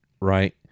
right